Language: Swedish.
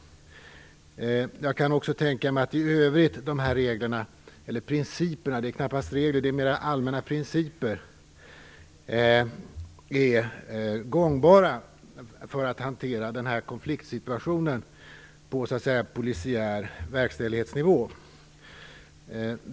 Jag kan tänka mig att dessa allmänna principer - som det rör sig om snarare än regler - också i övrigt är gångbara för att hantera konfliktsituationen på polisiär verkställighetsnivå.